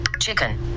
Chicken